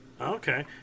Okay